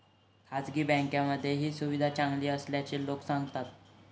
खासगी बँकांमध्ये ही सुविधा चांगली असल्याचे लोक सांगतात